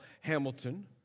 Hamilton